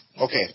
Okay